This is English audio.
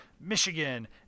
Michigan